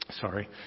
sorry